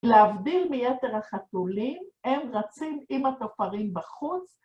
להבדיל מיתר החתולים, הם רצים עם הטופרים בחוץ.